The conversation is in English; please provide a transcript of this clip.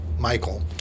Michael